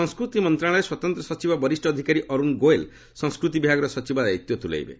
ସଂସ୍କୃତି ମନ୍ତ୍ରଣାଳୟରେ ସ୍ୱତନ୍ତ୍ର ସଚିବ ବରିଷ୍ଣ ଅଧିକାରୀ ଅରୁଣ ଗୋଏଲ୍ ସଂସ୍କୃତି ବିଭାଗର ସଚିବ ଦାୟିତ୍ୱ ତୁଲାଇବେ